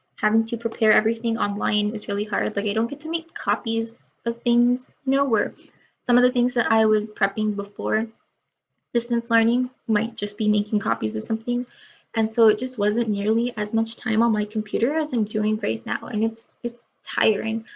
having to prepare everything online is really hard, it's like i don't get to make copies of things no work some of the things that i was prepping before distance learning might just be making copies of something and so it just wasn't nearly as much time on my computer as i'm doing right now and it's it's tiring.